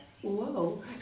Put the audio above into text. whoa